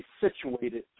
situated